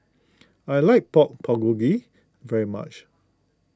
I like Pork Bulgogi very much